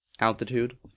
Altitude